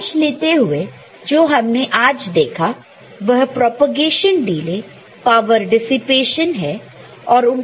सारांश लेते हुए जो हमने आज देखा वह प्रोपेगेशन डिले पावर डिसिपेशन है